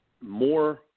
more